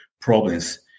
problems